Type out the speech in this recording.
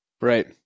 Right